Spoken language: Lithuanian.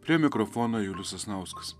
prie mikrofono julius sasnauskas